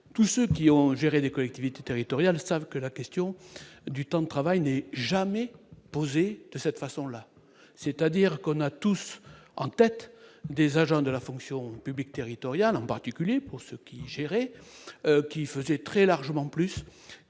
tous ceux qui ont géré des collectivités territoriales, savent que la question du temps de travail n'est jamais posée de cette façon-là, c'est-à-dire qu'on a tous en tête des agents de la fonction publique territoriale, en particulier pour ceux qui gèrent et qui faisait très largement plus